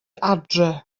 adref